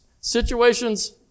Situations